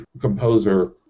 composer